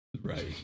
Right